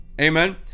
amen